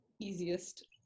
easiest